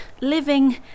living